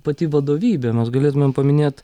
pati vadovybė nors galėtumėm paminėt